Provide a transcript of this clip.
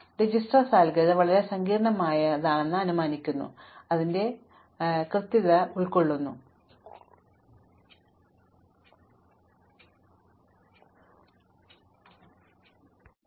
അതിനാൽ Dijkstra algorithm വളരെ നിർണായകമായ ഒരു അനുമാനം നൽകുന്നു അത് അതിന്റെ അത്യാഗ്രഹപരമായ ചുവടുകളുടെ കൃത്യതയെ ഉൾക്കൊള്ളുന്നു അതായത് പ്രകൃതിയുമായി യാതൊരു പ്രതികൂല വിലയും ഇല്ല ശരിയാണ്